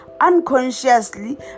unconsciously